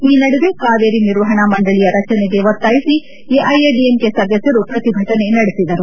ಈ ನಡುವೆ ಕಾವೇರಿ ನಿರ್ವಹಣಾ ಮಂಡಳಿಯ ರಚನೆಗೆ ಒತ್ತಾಯಿಸಿ ಎಐಎಡಿಎಂಕೆ ಸದಸ್ನರೂ ಪ್ರತಿಭಟನೆ ನಡೆಸಿದರು